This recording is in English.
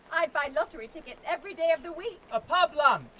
i'd buy lottery tickets every day of the week! a pub lunch!